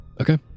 Okay